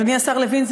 אדוני השר לוין,